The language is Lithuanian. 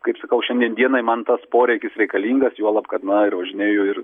kaip sakau šiandien dienai man tas poreikis reikalingas juolab kad na ir važinėju ir